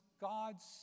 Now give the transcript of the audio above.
God's